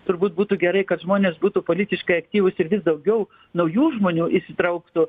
turbūt būtų gerai kad žmonės būtų politiškai aktyvūs ir vis daugiau naujų žmonių įsitrauktų